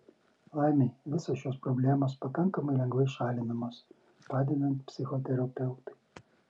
laimei visos šios problemos pakankamai lengvai šalinamos padedant psichoterapeutui